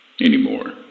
anymore